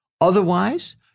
Otherwise